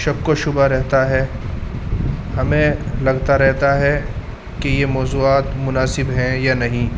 شک و شبہ رہتا ہے ہمیں لگتا رہتا ہے کہ یہ موضوعات مناسب ہیں یا نہیں